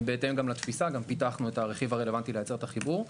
בהתאם גם לתפיסה גם פיתחנו את הרכיב הרלוונטי לייצר את החיבור.